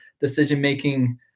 decision-making